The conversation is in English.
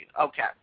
Okay